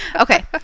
okay